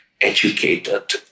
educated